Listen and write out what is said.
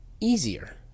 easier